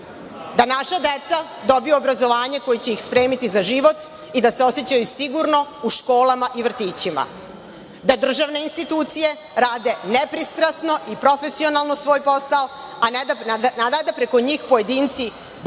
da naša deca dobiju obrazovanje koji će ih spremiti za život i da se osećaju sigurno u školama i vrtićima, da državne institucije rade nepristrasno i profesionalno svoj posao, a ne da se preko njih pojedinci bogate